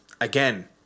again